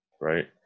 right